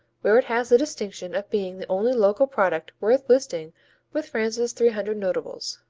where it has the distinction of being the only local product worth listing with france's three hundred notables.